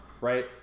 right